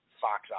Fox